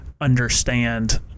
understand